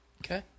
Okay